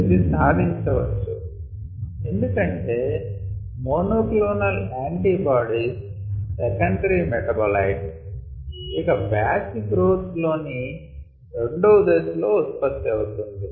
ఇది సాధించవచ్చు ఎందుకంటే మోనోక్లోనల్ యాంటీబాడీస్ సెకండరీ మెటాబోలైట్ ఇది బ్యాచ్ గ్రోత్ లోని రెండవ దశ లో ఉత్పత్తి అవుతుంది